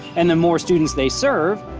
and the more students they serve,